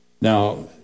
Now